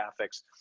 graphics